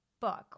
book